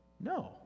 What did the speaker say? No